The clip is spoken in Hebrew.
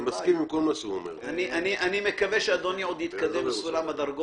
אני חושב שהדוגמה של חברת חשמל היא באמת דוגמה יוצאת מן הכלל.